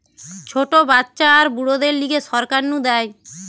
ছোট বাচ্চা আর বুড়োদের লিগে সরকার নু দেয়